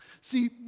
See